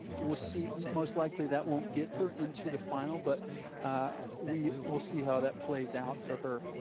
we'll see most likely that won't get her into the final. but we will see how that plays out for her.